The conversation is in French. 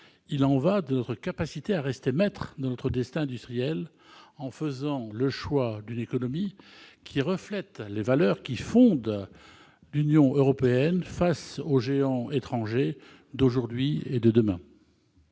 Il y va de notre capacité à rester maîtres de notre destin industriel, en faisant le choix d'une économie qui reflète les valeurs fondatrices de l'Union européenne face aux géants étrangers d'aujourd'hui et de demain.